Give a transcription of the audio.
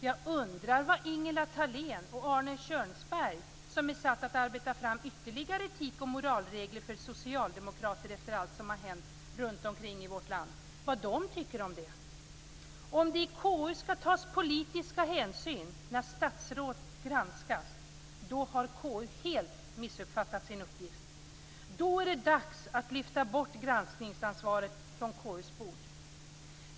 Jag undrar vad Ingela Thalén och Arne Kjörnsberg, som är satta att arbeta fram ytterligare etik och moralregler för socialdemokrater efter allt som har hänt runt omkring i vårt land, tycker om detta. Om det i KU skall tas politiska hänsyn när statsråd granskas har KU helt missuppfattat sin uppgift. Då är det dags att lyfta bort granskningsansvaret från KU:s bord.